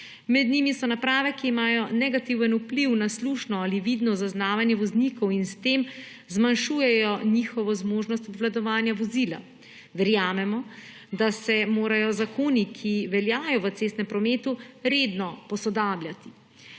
Med njimi so naprave, ki imajo negativen vpliv na slušno ali na vidno zaznavanje voznikov in s tem zmanjšujejo njihovo zmožnost obvladovanja vozila. Verjamemo, da se morajo zakoni, ki veljajo v cestnem prometu redno posodabljati.